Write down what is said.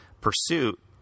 pursuit